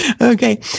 Okay